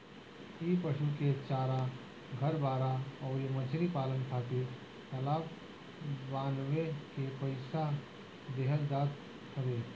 इमें पशु के चारा, घर, बाड़ा अउरी मछरी पालन खातिर तालाब बानवे के पईसा देहल जात हवे